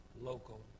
local